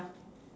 ya